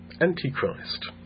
Antichrist